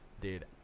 Dude